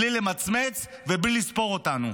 בלי למצמץ ובלי לספור אותנו.